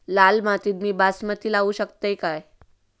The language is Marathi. लाल मातीत मी बासमती लावू शकतय काय?